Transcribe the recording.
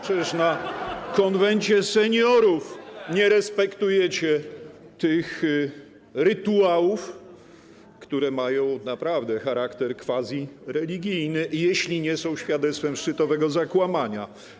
Przecież na Konwencie Seniorów nie respektujecie tych rytuałów, które naprawdę mają charakter quasi-religijny, jeśli nie są świadectwem szczytowego zakłamania.